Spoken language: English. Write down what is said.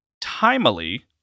Timely